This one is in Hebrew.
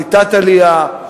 קליטת עלייה,